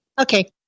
Okay